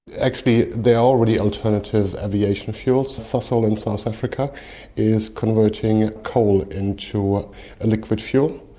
actually there are already alternative aviation fuels. sasol in south africa is converting coal into a liquid fuel,